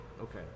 Okay